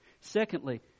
Secondly